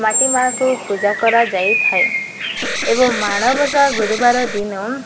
ମାଟି ମା'କୁ ପୂଜା କରାଯାଇ ଥାଏ ଏବଂ ମାଣବସା ଗୁରୁବାର ଦିନ